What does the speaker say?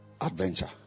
adventure